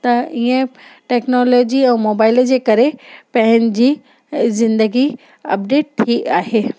त इयं टेक्नोलोजी ऐं मोबाइल जे करे पंहिंजी ज़िंदगी अपडेट थी आहे